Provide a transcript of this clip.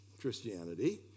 Christianity